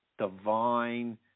divine